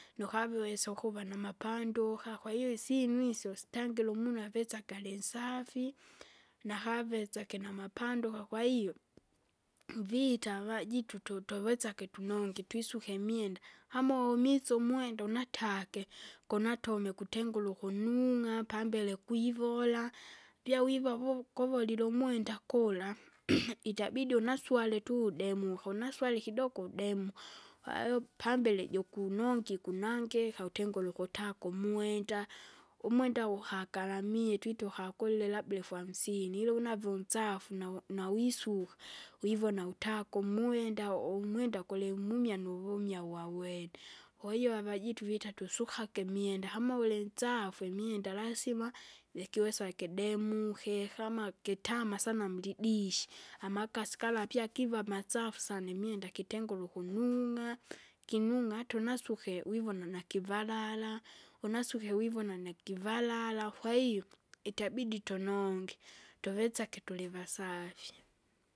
NUkaviwesa ukuva namapanduka kwahiyo isinu isyo stangire umuna avetsage alinsafi, nakavesage namapanduka kwahiyo, mvita avajitu tu- tuwesake tunongi twisuke imwenda kamaumise umwenda unatake kunatume kutengule ukunung'a apambele kwivola. Apya wiva vu- kuvolie umwenda kula itabidi unaswale tudemuka, unaswale kidoko udemu. Kwahiyo pambele jukunongi kunangika utengule ukutaka umwenda. Umwenda uhagalamie twita ukakule labda elfu hamsini ila unave unsafu nau- nawisuka, wivona utaku umwenda umwenda gulimumya nuvumye, wawende. Kwahiyo avajitu vita tusukake imwenda kama ulinsafu imwenda lasima, likiwesa kidemuke kama kitama sana mulidishi amakasi gala pyakiva masafu sana imwenda kitengule ukunung'a. Kinung'a hata unasuke wivona nakivalala, unasuke vivona nikivalala, kwahiyo itabidi tunonge, tuvitsake tulivasafya.